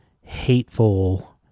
hateful